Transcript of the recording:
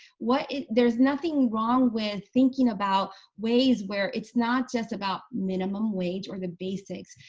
what there's nothing wrong with thinking about ways where it's not just about minimum wage or the basics?